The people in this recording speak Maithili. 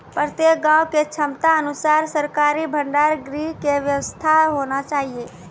प्रत्येक गाँव के क्षमता अनुसार सरकारी भंडार गृह के व्यवस्था होना चाहिए?